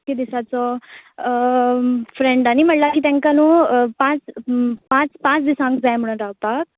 कितके दिसाचो फ्रेंडांनी म्हणला की तेंका न्हू पाच पांच पांच दिसांक जाय म्हण रावपाक